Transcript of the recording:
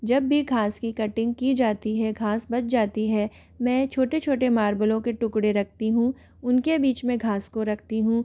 जब भी घास की कटिंग की जाती है घास बच जाती है मैं छोटे छोटे मार्बलों के टुकड़े रखती हूँ उनके बीच मे घास को रखती हूँ